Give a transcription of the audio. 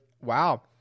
wow